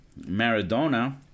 maradona